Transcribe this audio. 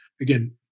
again